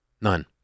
none